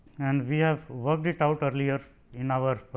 and we have work it out earlier in our